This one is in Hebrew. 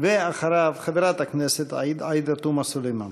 אחריו, חברת הכנסת עאידה תומא סלימאן.